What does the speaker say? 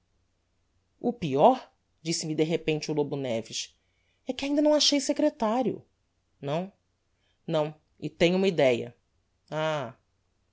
o peor disse-me de repente o lobo neves é que ainda não achei secretario não não e tenho uma idéia ah